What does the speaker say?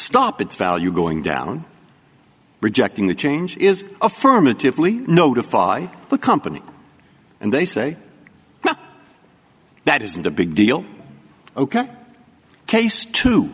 stop its value going down rejecting the change is affirmatively notify the company and they say well that isn't a big deal ok case to